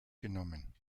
genommen